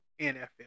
NFL